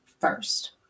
first